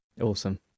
Awesome